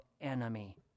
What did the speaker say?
enemy